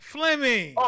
Fleming